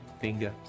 finger